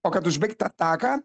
o kad užbaigt tą taką